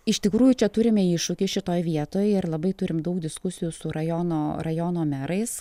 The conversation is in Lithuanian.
iš tikrųjų čia turime iššūkį šitoj vietoj ir labai turim daug diskusijų su rajono rajono merais